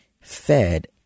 fed